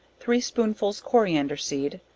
three spoonfuls coriander seed,